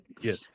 Yes